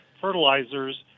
fertilizers